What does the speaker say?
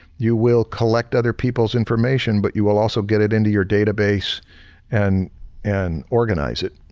you will collect other people's information but you will also get it into your database and and organize it.